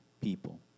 people